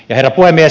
herra puhemies